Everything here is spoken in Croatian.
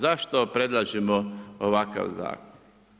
Zašto predlažemo ovakav zakon?